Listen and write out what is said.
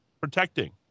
protecting